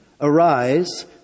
Arise